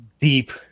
deep